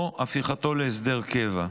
או הפיכתו להסדר קבע.